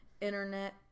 internet